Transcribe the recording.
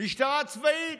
משטרה צבאית.